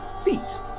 please